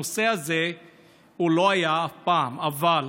הנושא הזה לא היה אף פעם, אבל